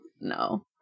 no